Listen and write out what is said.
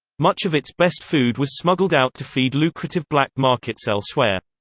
much of its best food was smuggled out to feed lucrative black-markets elsewhere.